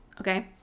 Okay